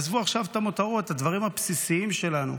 עזבו עכשיו את המותרות, הדברים הבסיסיים שלנו,